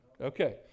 okay